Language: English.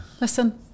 Listen